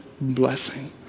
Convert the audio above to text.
blessing